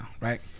right